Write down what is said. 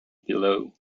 below